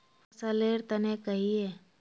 फसल लेर तने कहिए?